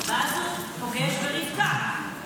ואז הוא פוגש ברבקה,